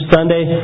Sunday